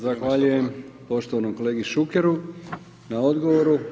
Zahvaljujem poštovanom kolegi Šukeru na odgovoru.